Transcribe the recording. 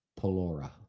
Polora